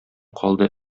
калды